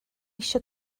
eisiau